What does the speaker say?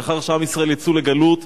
לאחר שעם ישראל יצאו לגלות.